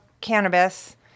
cannabis